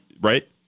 right